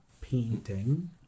painting